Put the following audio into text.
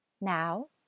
Now